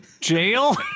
jail